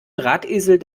drahtesel